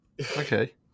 Okay